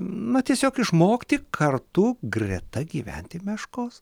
na tiesiog išmokti kartu greta gyventi meškos